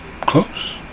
close